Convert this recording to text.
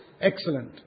excellent